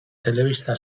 telebista